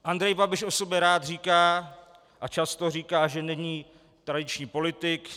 Andrej Babiš o sobě rád říká a často říká, že není tradiční politik.